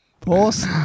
pause